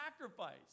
sacrifice